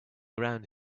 around